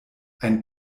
ein